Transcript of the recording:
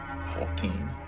Fourteen